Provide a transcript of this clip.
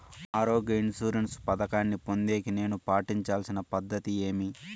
ఆరోగ్య ఇన్సూరెన్సు పథకాన్ని పొందేకి నేను పాటించాల్సిన పద్ధతి ఏమి?